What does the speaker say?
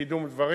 בקידום דברים.